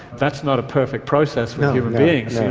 that's not a perfect process with human beings,